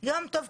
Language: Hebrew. זאת אומרת,